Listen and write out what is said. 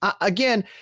again